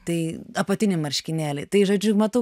tai apatiniai marškinėliai tai žodžiu matau